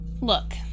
look